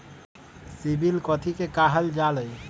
CIBIL कथि के काहल जा लई?